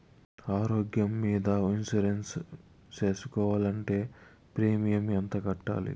ఆరోగ్యం మీద ఇన్సూరెన్సు సేసుకోవాలంటే ప్రీమియం ఎంత కట్టాలి?